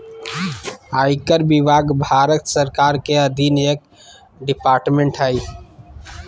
आयकर विभाग भारत सरकार के अधीन एक डिपार्टमेंट हय